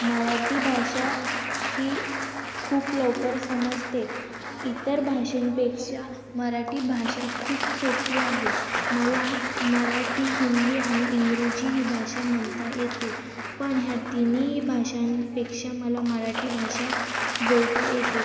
मराठी भाषा ही खूप लवकर समजते इतर भाषेंपेक्षा मराठी भाषा खूप सोपी आहे मला मराठी हिंदी मराठी इंग्रजी ही भाषा म्हणता येते पण ह्या तीनही भाषांपेक्षा मला मराठी भाषा बोलता येते